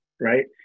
right